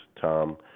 Tom